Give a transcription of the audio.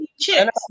Chips